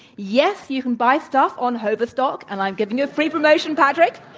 yes, you can buy stuff on overstock, and i've given you a free promotion, patrick.